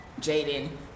Jaden